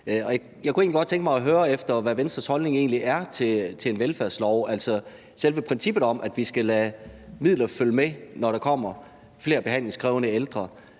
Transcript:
Jeg kunne godt tænke mig at høre, hvad Venstres holdning egentlig er til en velfærdslov, når det handler om selve princippet om, at vi skal lade midler følge med, når der kommer flere behandlingskrævende ældre;